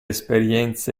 esperienze